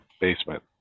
basement